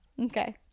Okay